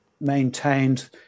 maintained